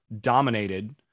dominated